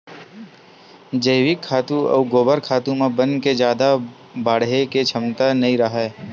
जइविक खातू अउ गोबर खातू म बन के जादा बाड़हे के छमता नइ राहय